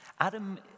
Adam